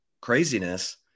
craziness